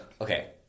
Okay